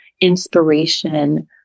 inspiration